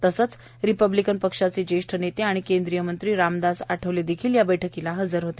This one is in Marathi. तसंच रिपब्लिकन पक्षाचे ज्येष्ठ नेते आणि केंद्रीय मंत्री रामदास आठवले देखिल या बैठकीला हजर होते